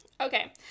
Okay